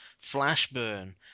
Flashburn